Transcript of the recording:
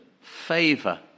favor